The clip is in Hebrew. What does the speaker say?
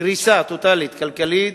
קריסה טוטלית כלכלית,